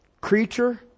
Creature